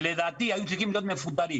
שלדעתי היו צריכים להיות מפוטרים.